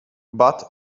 but